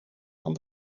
van